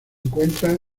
encuentran